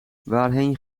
waarheen